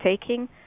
taking